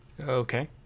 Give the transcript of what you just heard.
okay